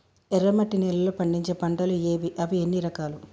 ఎర్రమట్టి నేలలో పండించే పంటలు ఏవి? అవి ఎన్ని రకాలు?